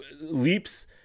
leaps